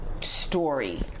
story